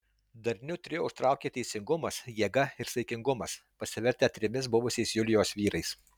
darniu trio užtraukė teisingumas jėga ir saikingumas pasivertę trimis buvusiais julijos vyrais